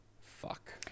fuck